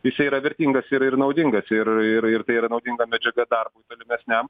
jisai yra vertingas ir ir naudingas ir ir ir tai yra naudinga medžiaga darbui tolimesniam